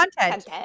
Content